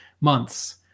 months